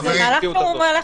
זה מהלך משלים.